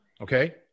okay